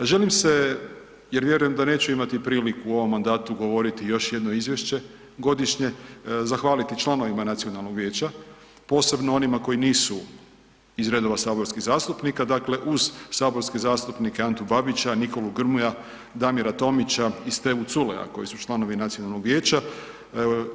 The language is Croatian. Želim se, jer vjerujem da neću imati priliku u ovom mandatu govoriti još jedno izvješće godišnje, zahvaliti članovima nacionalnog vijeća, posebno onima koji nisu iz redova saborskih zastupnika, dakle uz saborske zastupnike Antu Babića, Nikolu Grmoje, Damira Tomića i Stevu Culeja koji su članovi nacionalnog vijeća,